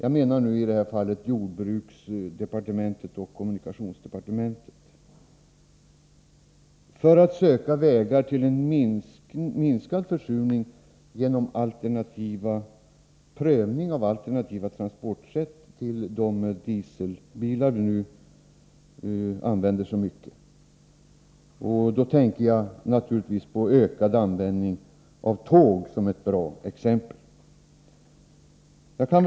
I detta fall skulle jordbruksoch kommunikationsdepartementen kunna samarbeta för att söka vägar till en minskning av försurningen, genom prövning av transportsätt som utgör alternativ till dieselbilarna, som nu används i så stor utsträckning. Jag menar naturligtvis att ökad användning av tåg är ett bra exempel på detta.